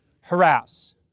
harass